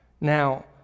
Now